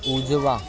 उजवा